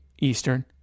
Eastern